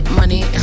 money